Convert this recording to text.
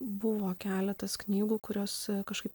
buvo keletas knygų kurios kažkaip